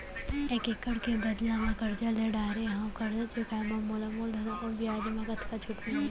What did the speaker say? एक एक्कड़ के बदला म करजा ले डारे हव, करजा चुकाए म मोला मूलधन अऊ बियाज म कतका छूट मिलही?